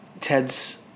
Ted's